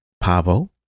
Pavo